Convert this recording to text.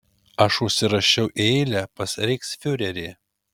aš užsirašiau į eilę pas reichsfiurerį